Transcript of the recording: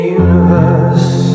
universe